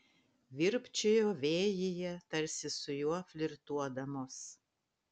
virpčiojo vėjyje tarsi su juo flirtuodamos